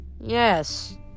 yes